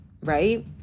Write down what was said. right